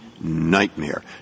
nightmare